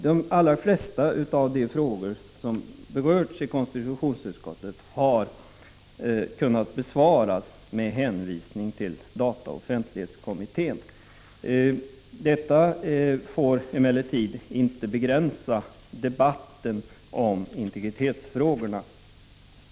De allra flesta frågor som berörts i konstitutionsutskottet har kunnat besvaras med hänvisning till dataoch offentlighetskommittén. Det får emellertid inte innebära att debatten om integritetsfrågorna begränsas.